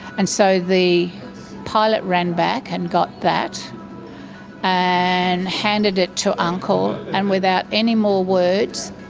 and so the pilot ran back and got that and handed it to uncle, and without any more words